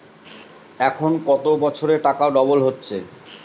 এখন কত বছরে টাকা ডবল হচ্ছে?